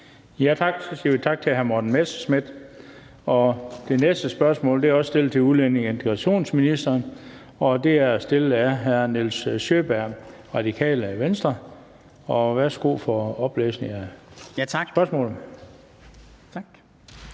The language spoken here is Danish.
Tak. Så siger vi tak til hr. Morten Messerschmidt. Det næste spørgsmål er også stillet til udlændinge- og integrationsministeren, og det er stillet af hr. Nils Sjøberg, Radikale Venstre. Kl. 16:55 Spm. nr. S 1494 17) Til